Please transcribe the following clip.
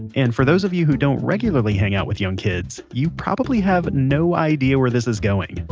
and for those of you who don't regularly hang out with young kids, you probably have no idea where this is going,